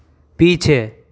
पीछे